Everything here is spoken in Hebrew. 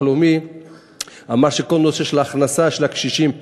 הלאומי אמר שכל הנושא של ההכנסה של הקשישים,